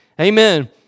Amen